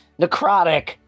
Necrotic